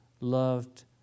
loved